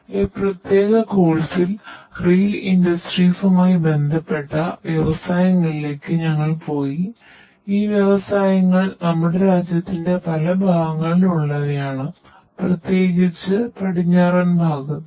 ഈ പ്രത്യേക കോഴ്സിൽ റിയൽ ഇൻഡസ്ട്രിയസുമായി ബന്ധപ്പെട്ട വ്യവസായങ്ങളിലേക്ക് ഞങ്ങൾ പോയി ഈ വ്യവസായങ്ങൾ നമ്മുടെ രാജ്യത്തിന്റെ പല ഭാഗങ്ങളിൽ ഉള്ളവയാണ് പ്രത്യേകിച്ച് നമ്മുടെ രാജ്യത്തിന്റെ പടിഞ്ഞാറൻഭാഗത്ത്